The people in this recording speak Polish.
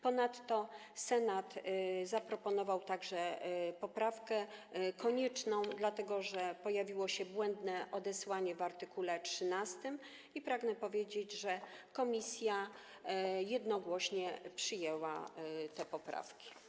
Ponadto Senat zaproponował także poprawkę konieczną, dlatego że pojawiło się błędne odesłanie w art. 13, i pragnę powiedzieć, że komisja jednogłośnie przyjęła te poprawki.